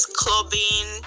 clubbing